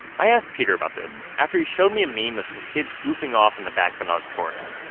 i asked peter about this after he showed me a meme of some kids goofing off in the back of an auditorium.